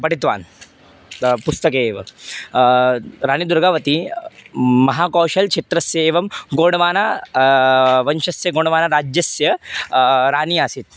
पठितवान् पुस्तके एव राणीदुर्गावती महाकौशलं क्षेत्रस्य एवं गोडवान वंशस्य गोणवानराज्यस्य राणी आसीत्